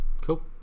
cool